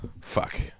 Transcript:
Fuck